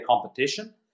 competition